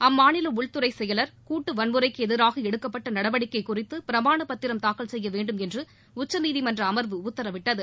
அம்மாநில உள்துறை செயலர் கூட்டு வன்முறைக்கு எதிராக எடுக்கப்பட்ட நடவடிக்கை குறித்து பிரமாண பத்திரம் தாக்கல் செய்ய வேண்டும் என்று உச்சநீதிமன்ற அமர்வு உத்தரவிட்டது